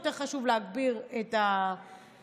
יותר חשוב להגביר את התחבורה,